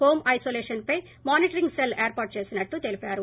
home isolation పై monitoring cell ఏర్పాటు చేసినట్లు తెలిపారు